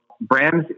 brands